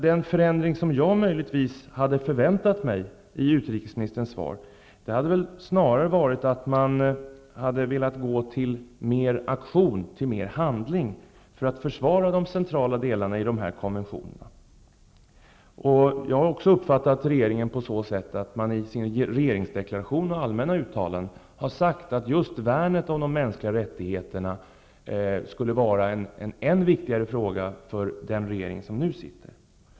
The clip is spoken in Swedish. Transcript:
Den förändring som jag möjligtvis hade förväntat mig i utrikesministerns svar hade alltså snarare varit att hon mera hade velat gå till handling för att försvara de centrala delarna i dessa konventioner. Jag har också uppfattat att regeringen i regeringsdeklarationen i allmänna uttalanden har sagt att just värnet om de mänskliga rättigheterna skulle vara en än viktigare fråga för den regering som nu sitter.